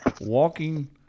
Walking